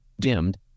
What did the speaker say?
dimmed